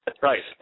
Right